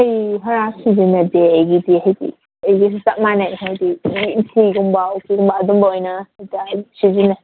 ꯑꯩ ꯍꯥꯔꯥ ꯁꯤꯖꯤꯟꯅꯗꯦ ꯑꯩꯒꯤꯗꯤ ꯍꯥꯏꯗꯤ ꯑꯩꯒꯤꯗꯤ ꯆꯞ ꯃꯥꯟꯅꯩ ꯍꯥꯏꯗꯤ ꯌꯦꯟꯊꯤꯒꯨꯝꯕ ꯑꯣꯛꯊꯤꯒꯨꯝꯕ ꯑꯗꯨꯝꯕ ꯑꯣꯏꯅ ꯁꯤꯖꯤꯟꯅꯩ